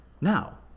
Now